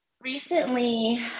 recently